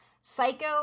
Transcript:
Psycho